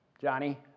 Johnny